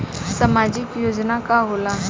सामाजिक योजना का होला?